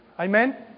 Amen